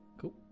Cool